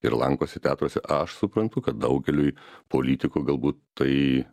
ir lankosi teatruose aš suprantu kad daugeliui politikų galbūt tai